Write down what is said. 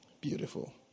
Beautiful